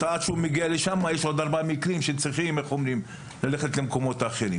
עד שהוא מגיע לשם יש עוד ארבעה מקרים שצריך ללכת לפתור אותם.